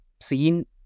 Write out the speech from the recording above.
seen